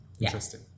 Interesting